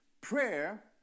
Prayer